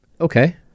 Okay